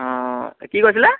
অঁ কি কৈছিলে